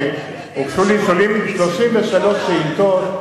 כי הוגשו לי 33 שאילתות,